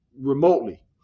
remotely